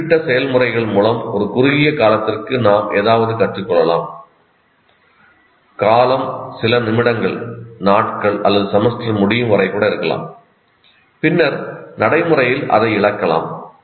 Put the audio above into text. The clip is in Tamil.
குறிப்பிட்ட செயல்முறைகள் மூலம் ஒரு குறுகிய காலத்திற்கு நாம் ஏதாவது கற்றுக்கொள்ளலாம் காலம் சில நிமிடங்கள் நாட்கள் அல்லது செமஸ்டர் முடியும் வரை கூட இருக்கலாம் பின்னர் நடைமுறையில் அதை இழக்கலாம்